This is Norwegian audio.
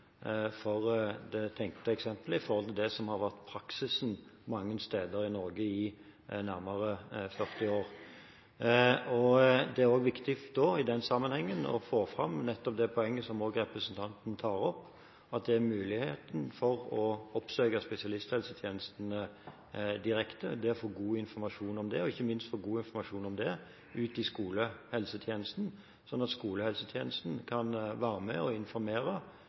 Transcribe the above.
for det tenkte eksempelet i forhold til det som har vært praksisen mange steder i Norge i nærmere 40 år. I den sammenheng er det også viktig å få fram nettopp det poenget som representanten tar opp I denne sammenhengen er det også viktig å få fram nettopp det poenget som representanten tar opp: at det er mulighet for å oppsøke spesialisthelsetjenesten direkte og der få god informasjon, og ikke minst å få god informasjon i skolehelsetjenesten, sånn at skolehelsetjenesten kan være med og informere